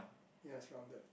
ya it's rounded